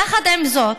יחד עם זאת,